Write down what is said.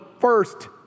first